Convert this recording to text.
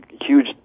huge